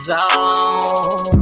Zone